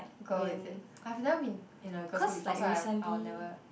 girl is it I've never been in a girl school before so i have I'll never